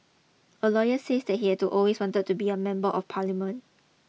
a lawyer says that he had always wanted to be a member of parliament